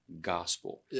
gospel